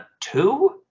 two